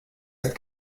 ist